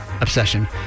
obsession